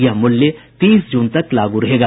यह मूल्य तीस जून तक लागू रहेगा